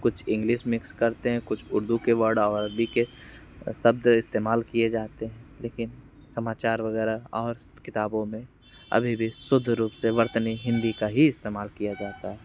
कुछ English mix करते हैं कुछ उर्दू के वर्ड और अरबी के शब्द इस्तेमाल किए जाते हैं लेकिन समाचार वगैरह और किताबों में अभी भी शुद्ध रूप से वर्तनी हिंदी का ही इस्तेमाल किया जाता है